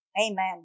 Amen